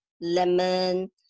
lemon